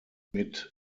mit